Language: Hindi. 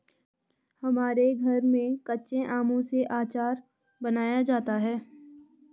हमारे घर में कच्चे आमों से आचार बनाया जाता है